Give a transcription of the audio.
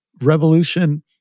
revolution